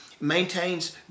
Maintains